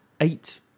eight